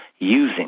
using